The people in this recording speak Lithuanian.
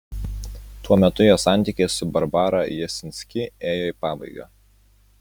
tuo metu jo santykiai su barbara jasinski ėjo į pabaigą